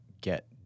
get